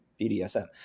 BDSM